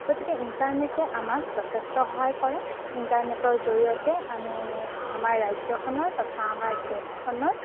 গতিকে ইণ্টাৰনেটে আমাক যথেষ্ট সহায় কৰে ইণ্টাৰনেটৰ জৰিয়তে আমি আমাৰ ৰাজ্যখনৰ তথা আমাৰ দেশখনৰ